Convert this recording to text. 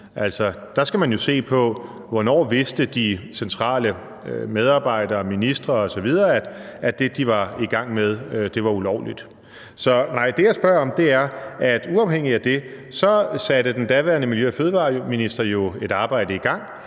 Der skal man jo se på, hvornår de centrale medarbejdere, ministre osv. vidste, at det, de var i gang med, var ulovligt. Så nej, det, jeg spørger til, er, at den daværende miljø- og fødevareminister – uafhængigt